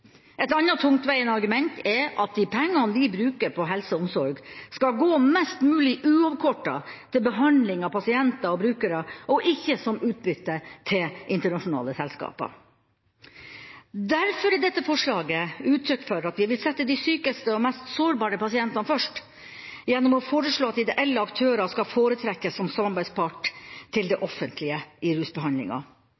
Et annet tungtveiende argument er at de pengene vi bruker på helse og omsorg, skal gå mest mulig uavkortet til behandling av pasienter og brukere og ikke som utbytte til internasjonale selskaper. Derfor er dette forslaget uttrykk for at vi vil sette de sykeste og mest sårbare pasientene først, gjennom å foreslå at ideelle aktører skal foretrekkes som samarbeidspart til det